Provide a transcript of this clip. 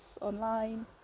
online